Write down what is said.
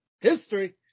history